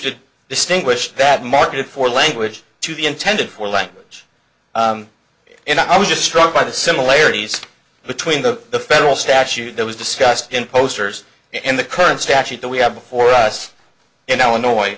to distinguish that market for language to be intended for language and i was just struck by the similarities between the the federal statute that was discussed in posters and the current statute that we have before us and illinois